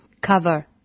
cover